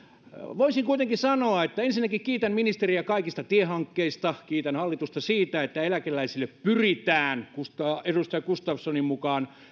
voisin kuitenkin sanoa että ensinnäkin kiitän ministeriä kaikista tiehankkeista kiitän hallitusta siitä että eläkeläisille pyritään edustaja gustafssonin mukaan